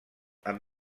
amb